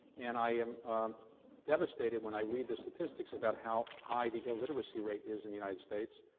and i am devastated when i read the statistics about how high the illiteracy rate is in united states,